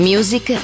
Music